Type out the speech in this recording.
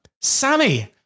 Sammy